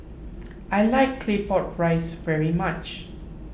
I like Claypot Rice very much